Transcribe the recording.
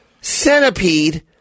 centipede